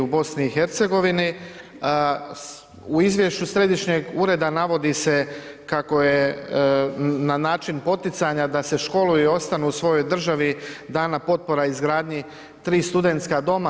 U izvješću središnjeg ureda navodi se kako je na način poticanja da se školuju i ostanu u svojoj državi, dana potpora izgradnji 3 studentska doma.